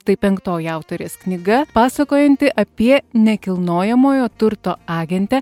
tai penktoji autorės knyga pasakojanti apie nekilnojamojo turto agentę